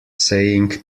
saying